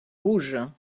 rouges